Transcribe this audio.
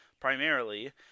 Primarily